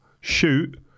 shoot